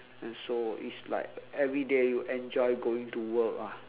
and so it's like everyday you enjoy going to work ah